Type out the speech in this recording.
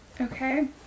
Okay